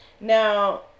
Now